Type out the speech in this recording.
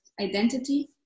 identity